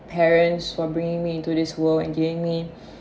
parents for bringing me into this world and gave me